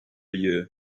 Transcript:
year